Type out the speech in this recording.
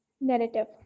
narrative